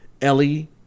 Ellie